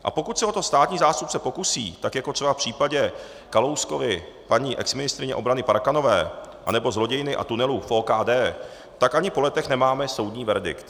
A pokud se o to státní zástupce pokusí, tak jako třeba v případě Kalouskovy paní exministryně obrany Parkanové nebo zlodějiny a tunelu v OKD, tak ani po letech nemáme soudní verdikt.